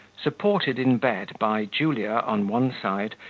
supported in bed by julia on one side,